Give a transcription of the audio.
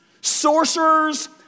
sorcerers